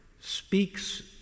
speaks